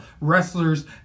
wrestlers